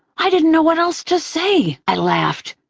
i didn't know what else to say! i laughed.